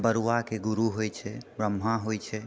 बरुआके गुरु होइ छै ब्रह्मा होइ छै